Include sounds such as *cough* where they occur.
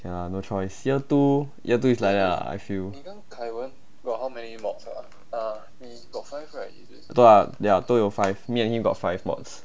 ya lah no choice year two year two it's like that lah I feel *noise* ya 都有 five me and him got five mods